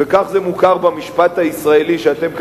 וכך זה מוכר במשפט הישראלי שאתם,